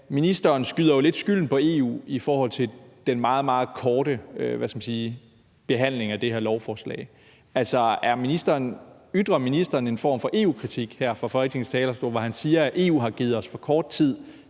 ministeren lidt skyder skylden på EU i forhold til den meget, meget korte behandling af det her lovforslag. Ytrer ministeren her en form for EU-kritik fra Folketingets talerstol, når han siger, at EU har givet os for kort tid